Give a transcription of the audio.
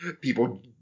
people